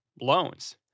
loans